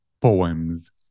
poems